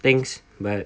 thanks but